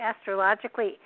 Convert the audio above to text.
astrologically –